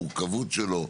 מורכבות שלו,